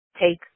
Take